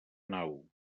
nau